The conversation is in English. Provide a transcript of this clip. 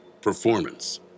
performance